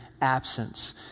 absence